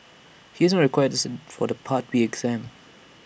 he is not required to sit for the part B exam